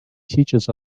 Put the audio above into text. teaches